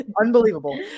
Unbelievable